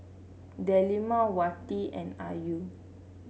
Delima Wati and Ayu